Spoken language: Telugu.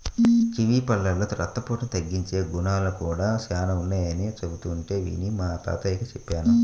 కివీ పళ్ళలో రక్తపోటును తగ్గించే గుణాలు కూడా చానా ఉన్నయ్యని చెబుతుంటే విని మా తాతకి చెప్పాను